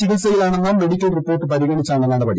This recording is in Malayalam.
ചികിത്സയിലാണെന്ന മെഡിക്കൽ റിപ്പോർട്ട് പരിഗണിച്ചാണ് നടപടി